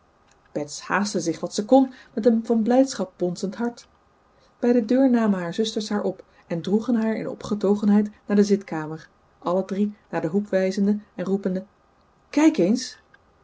bets haastte zich wat ze kon met een van blijdschap bonzend hart bij de deur namen haar zusters haar op en droegen haar in opgetogenheid naar de zitkamer alle drie naar den hoek wijzende en roepende kijk eens